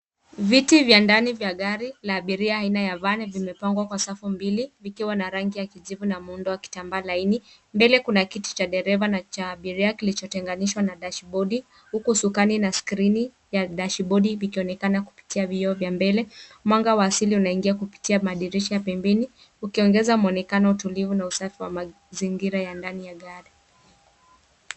Viti vya ndani vya gari la abiria aina ya vani vimepangwa kwa safu mbili vikiwa na rangi ya kijivu na muundo wa kitambaa laini. Mbele kuna kiti cha dereva na cha abiria kilichotenganishwa na dashibodi huku usukani na skrini ya dashibodi vikionekana kupitia vioo vya mbele. Mwanga wa asili unaingia kupitia madirisha pembeni, ukiongeza mwonekano wa utulivu na usafi wa mazingira ya ndani ya gari.